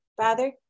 Father